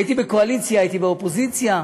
הייתי בקואליציה, הייתי באופוזיציה,